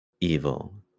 evil